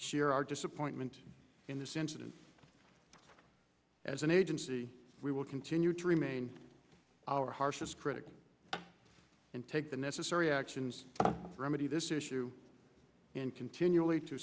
share our disappointment in this incident as an agency we will continue to remain our harshest critic and take the necessary actions remedy this issue and continually to